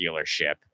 dealership